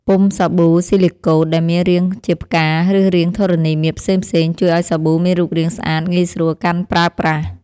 ពុម្ពសាប៊ូស៊ីលីកូត ដែលមានរាងជាផ្កា ឬរាងធរណីមាត្រផ្សេងៗ ជួយឱ្យសាប៊ូមានរូបរាងស្អាតងាយស្រួលកាន់ប្រើប្រាស់។